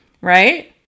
Right